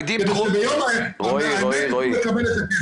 כדי שביום האמת נקבל את הכסף.